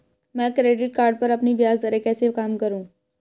मैं credit card पर अपनी ब्याज दरें कैसे कम करूँ?